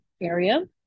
area